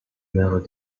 maire